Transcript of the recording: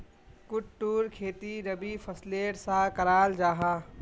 कुट्टूर खेती रबी फसलेर सा कराल जाहा